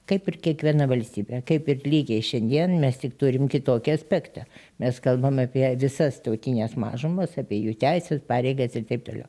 kaip ir kiekviena valstybė kaip ir lygiai šiandien mes tik turim kitokį aspektą mes kalbam apie visas tautines mažumas apie jų teises pareigas ir taip toliau